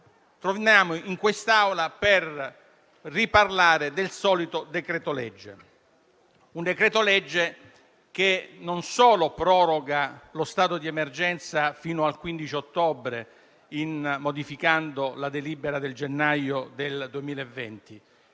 torniamo in quest'Aula per riparlare del solito decreto-legge. È un provvedimento che non solo proroga lo stato di emergenza fino al 15 ottobre, modificando la delibera del gennaio 2020,